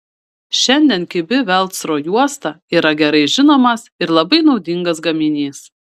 šiandien kibi velcro juosta yra gerai žinomas ir labai naudingas gaminys